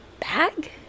bag